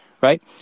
right